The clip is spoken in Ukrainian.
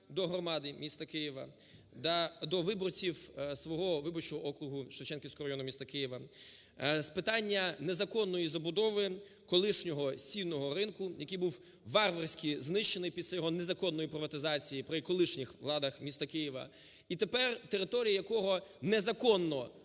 до громади міста Києва та до виборців свого виборчого округу Шевченківського району міста Києва з питання незаконної забудови колишнього Сінного ринку, який був варварські знищений після його незаконної приватизації при колишніх владах міста Києва і тепер територія якого незаконно